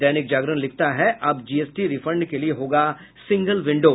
दैनिक जागरण लिखता है अब जीएसटी रिफंड के लिए होगा सिंगल विंडो